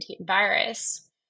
virus